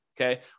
okay